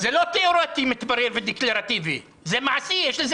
זה לא תיאורטי ודקלרטיבי מתברר, זה מעשי, יש לזה